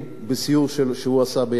בסיור שהוא עשה בים-המלח,